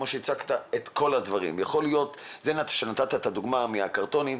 הדוגמה שנתת עם הקרטון,